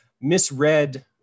misread